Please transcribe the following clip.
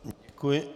Děkuji.